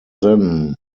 then